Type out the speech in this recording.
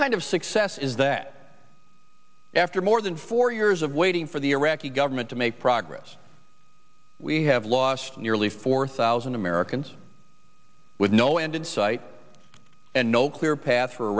kind of success is that after more than four years of waiting for the iraqi government to make progress we have lost nearly four thousand americans with no end in sight and no clear path for